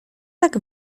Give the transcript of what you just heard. tak